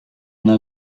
n’a